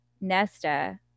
Nesta